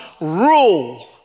rule